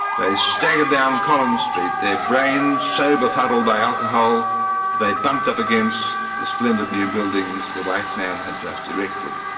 they stagger down collins street, their brains so befuddled by alcohol they bumped up against the splendid new buildings the white man had just erected.